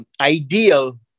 ideal